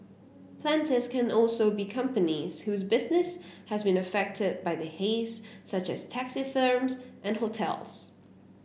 plaintiffs can also be companies whose business has been affected by the haze such as taxi firms and hotels